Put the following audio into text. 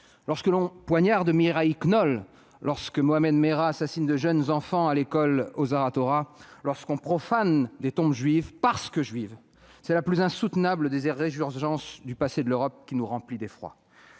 Lorsqu'on poignarde Mireille Knoll, lorsque Mohammed Merah assassine de jeunes enfants de l'école Ozar Hatorah, lorsque l'on profane des tombes juives, parce que juives, c'est la plus insoutenable des résurgences du passé de l'Europe qui nous remplit d'effroi.